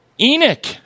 Enoch